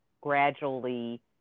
gradually